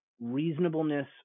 reasonableness